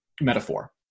metaphor